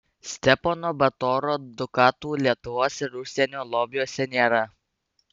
stepono batoro dukatų lietuvos ir užsienio lobiuose nėra